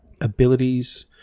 abilities